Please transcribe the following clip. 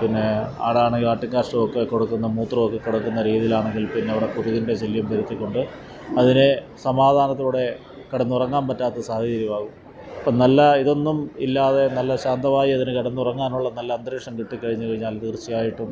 പിന്നേ ആടാണെങ്കിൽ ആട്ടിൻ കാഷ്ടമൊക്കെ കൊടുക്കുന്ന മൂത്രമൊക്കെ കൊടക്കുന്ന രീതിയിലാണെങ്കില് പിന്നെയവടെ കൊതുകിന്റെ ശല്യം പരത്തിക്കൊണ്ട് അതിനേ സമാധാനത്തോടെ കിടന്നുറങ്ങാൻ പറ്റാത്ത സാഹചര്യമാവും അപ്പം നല്ല ഇതൊന്നും ഇല്ലാതെ നല്ല ശാന്തമായി അതിന് കിടന്നുറങ്ങാനുള്ള നല്ല അന്തരീക്ഷം കിട്ടിക്കഴിഞ്ഞു കഴിഞ്ഞാല് തീര്ച്ഛയായിട്ടും